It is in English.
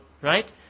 right